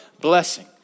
blessing